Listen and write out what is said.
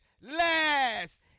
last